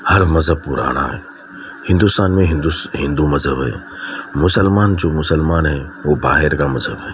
ہر مذہب پرانا ہے ہندوستان میں ہندو مذہب ہے مسلمان جو مسلمان ہیں وہ باہر کا مسلمان ہے